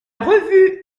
revue